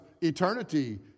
eternity